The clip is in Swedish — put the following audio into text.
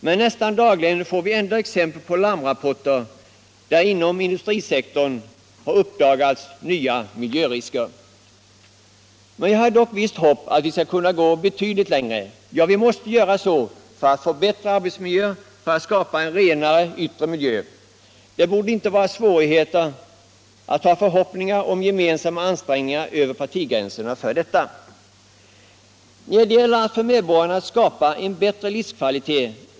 Men nästan dagligen får vi ändå larmrapporter om nya hälsorisker som uppdagats inom industrisektorn. Jag har emellertid visst hopp om att vi skall kunna gå betydligt längre. Vi måste helt enkelt göra det för att få bättre arbetsmiljöer och för att skapa en renare yttre miljö. Man borde kunna ha förhoppningar om att det inte skall föreligga några svårigheter att över partigränserna göra ansträngningar i detta syfte.